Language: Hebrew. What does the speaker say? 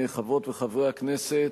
חברות וחברי הכנסת,